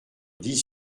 dix